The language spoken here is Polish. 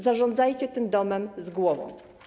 Zarządzajcie tym domem z głową.